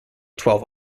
twelve